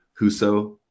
Huso